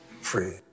free